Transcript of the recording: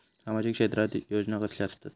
सामाजिक क्षेत्रात योजना कसले असतत?